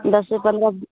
दस से पन्द्रह